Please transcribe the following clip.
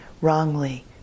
wrongly